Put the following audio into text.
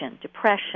depression